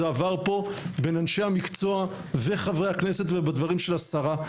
זה עבר פה בין אנשי המקצוע וחברי הכנסת ובדברים של השרה.